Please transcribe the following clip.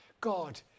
God